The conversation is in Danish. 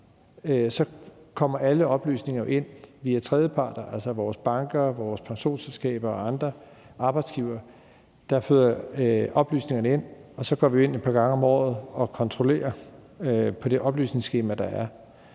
kommer alle oplysninger ind via tredjeparter, altså vores banker, vores pensionsselskaber og andre arbejdsgivere. De føder oplysningerne ind, og så går vi ind et par gange om året og kontrollerer det oplysningsskema, der er,